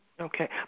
Okay